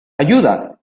ayuda